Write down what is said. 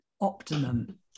optimum